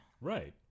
Right